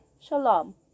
Shalom